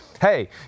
hey